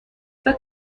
فکر